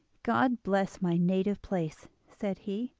god bless my native place said he.